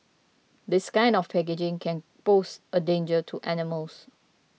this kind of packaging can pose a danger to animals